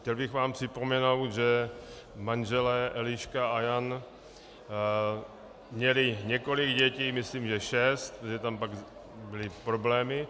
Chtěl bych vám připomenout, že manželé Eliška a Jan měli několik dětí, myslím že šest, že tam pak byly problémy.